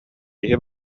киһи